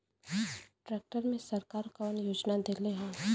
Tractor मे सरकार कवन योजना देले हैं?